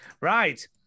Right